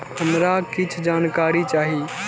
हमरा कीछ जानकारी चाही